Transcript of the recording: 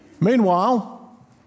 Meanwhile